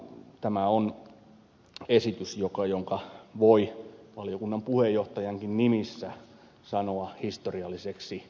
tämä on esitys jota voi valiokunnan puheenjohtajankin nimissä sanoa historialliseksi